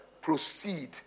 proceed